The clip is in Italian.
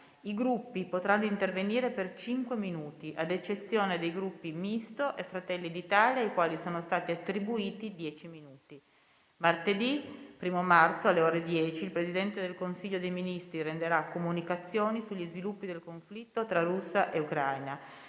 I Gruppi potranno intervenire per cinque minuti, a eccezione dei Gruppi Misto e Fratelli d'Italia, ai quali sono stati attribuiti dieci minuti. Martedì 1° marzo, alle ore 10, il Presidente del Consiglio dei ministri renderà comunicazioni sugli sviluppi del conflitto tra Russia e Ucraina.